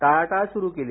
टाळाटाळ सुरू केली